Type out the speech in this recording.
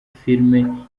filime